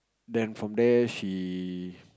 then from there she